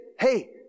hey